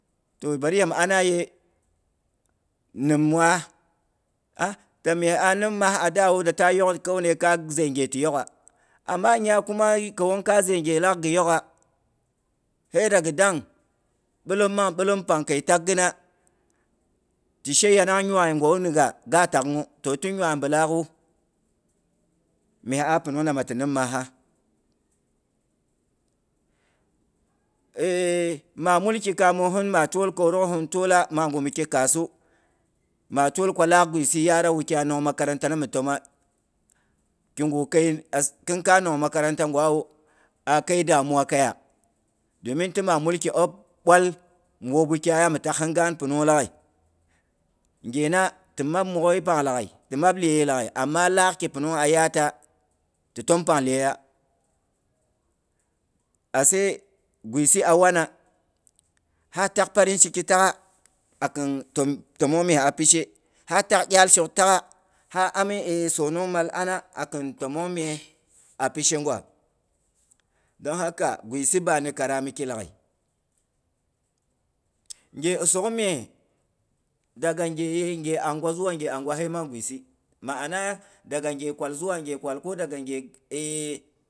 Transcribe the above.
To bari ya mi ana ye nim waa'a ta mye a nim maa a daa wu data kauni kai zei ghe ti yok'gha. Amma kuma kauwong kai zei ghe laakghi yok'gha. Hey da ghi dang, bilom mang bilom pang kəi taghi nai ti she yanang nyai ngwu na gai, ga ta'ghnwu toh, ti nyuai bilaak'u mye a pinung nima ti nim maha? maa mulki maa twol kaamohin twola, magu mi khi kaahu, ma twol ko laak gwisi, yaara nukyai nong makarantana mi toma. Kign kei khin kai nong makaranta gwawu, a kei damuwa keiya. Domin ti maa mulki ob bwal mi wop wukyaiya mi tagh hin gaan pinung lagghai. Nghe na ti map mwoghu pang lagghai, ti map leyei laghai amma laak kipi nung a yaar ta, ti tom pang leyeiya atse, gwisi a wana ha tak parin ciki tagha a kin tom tomong mye a pishe, ha tag iyal shok tagha, ha ami e sonongmal ana, a kin tomong mye a pishe gwa, don haka gwisi ba ni karami ki laghai. Nghe isogh mye daga nghe yei, nghe angwa zuwa nghe angwa, hei mang gwisi ma'ana anang daga ge kwal zuwa ghe kwal ko daga ghe eh